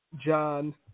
John